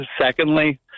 Secondly